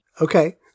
Okay